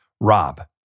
Rob